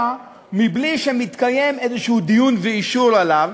בלי שמתקיים איזה דיון ואישור עליו,